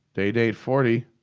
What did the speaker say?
day-date forty!